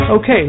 Okay